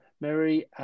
Mary